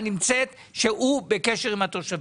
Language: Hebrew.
והוא בקשר עם התושבים.